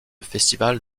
festival